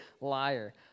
liar